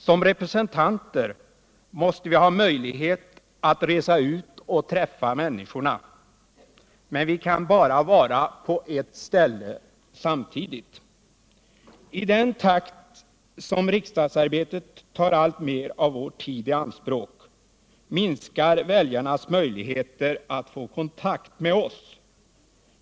Som representanter måste vi ha möjlighet att resa ut och träffa människorna. Men vi kan inte vara på två ställen samtidigt. I samma mån som riksdagsarbetet tar alltmer av vår tid i anspråk minskar väljarnas möjligheter att få kontakt med oss.